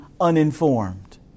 uninformed